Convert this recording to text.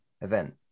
event